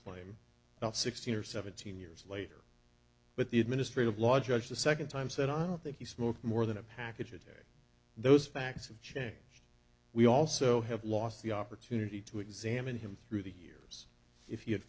claim about sixteen or seventeen years later but the administrative law judge the second time said i don't think he smoked more than a package a day those facts have changed we also have lost the opportunity to examine him through the years if he had